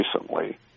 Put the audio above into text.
recently